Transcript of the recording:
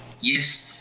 yes